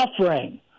suffering